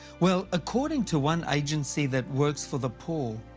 well, according to one agency that works for the poor,